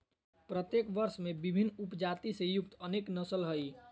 प्रत्येक वर्ग में विभिन्न उपजाति से युक्त अनेक नस्ल हइ